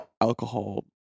alcohol